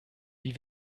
wie